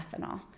ethanol